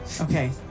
Okay